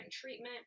treatment